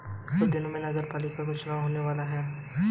कुछ दिनों में नगरपालिका का चुनाव होने वाला है